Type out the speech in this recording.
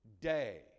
day